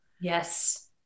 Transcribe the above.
Yes